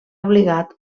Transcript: obligat